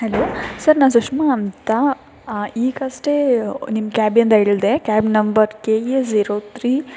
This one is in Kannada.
ಹಲೋ ಸರ್ ನಾನು ಸುಷ್ಮಾ ಅಂತ ಈಗಷ್ಟೇ ನಿಮ್ಮ ಕ್ಯಾಬಿಂದ ಇಳಿದೆ cab number K A zero three